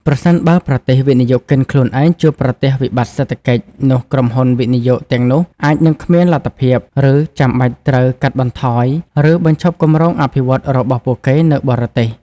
ប្រសិនបើប្រទេសវិនិយោគិនខ្លួនឯងជួបប្រទះ វិបត្តិសេដ្ឋកិច្ច នោះក្រុមហ៊ុនវិនិយោគទាំងនោះអាចនឹងគ្មានលទ្ធភាព ឬចាំបាច់ត្រូវ កាត់បន្ថយ ឬបញ្ឈប់គម្រោងអភិវឌ្ឍន៍ របស់ពួកគេនៅបរទេស។